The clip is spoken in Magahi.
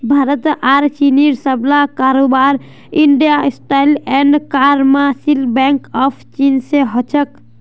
भारत आर चीनेर सबला कारोबार industrial and commercial bank of चीन स हो छेक